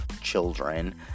children